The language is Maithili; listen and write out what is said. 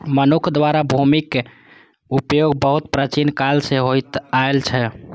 मनुक्ख द्वारा भूमिक उपयोग बहुत प्राचीन काल सं होइत आयल छै